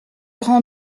rend